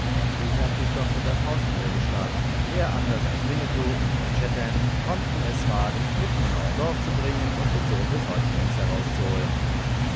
ich habe dich doch mit der faust niedergeschlagen wer anders als winnetou und old shatterhand konnten es wagen mitten in euer dorf zu dringen und den sohn des häuptlings herauszuholen